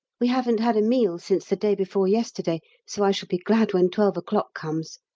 we haven't had a meal since the day before yesterday, so i shall be glad when twelve o'clock comes.